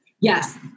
Yes